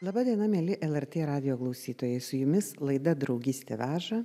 laba diena mieli lrt radijo klausytojai su jumis laida draugystė veža